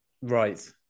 right